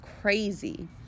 crazy